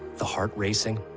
the heart-racing.